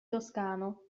toscano